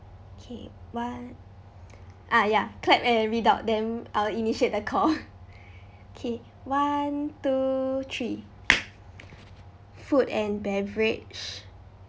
okay one ah ya clap and read out then I'll initiate the call okay one two three food and beverage